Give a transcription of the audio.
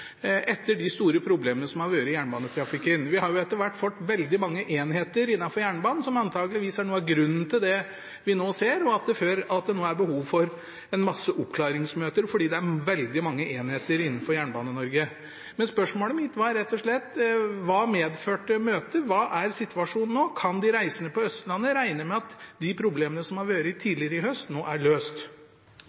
etter de store problemene som har vært i jernbanetrafikken. Vi har etter hvert fått veldig mange enheter innenfor jernbanen, noe som antageligvis er noe av grunnen til det vi nå ser, at det nå er behov for mange oppklaringsmøter, fordi det er veldig mange enheter innenfor Jernbane-Norge. Men spørsmålet mitt var rett og slett: Hva medførte møtet? Hva er situasjonen nå? Kan de reisende på Østlandet regne med at de problemene som har vært tidligere i høst, nå er løst?